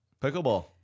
Pickleball